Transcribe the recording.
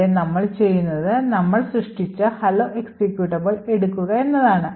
ഇവിടെ നമ്മൾ ചെയ്യുന്നത് നമ്മൾ സൃഷ്ടിച്ച hello എക്സിക്യൂട്ടബിൾ എടുക്കുക എന്നതാണ്